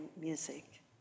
music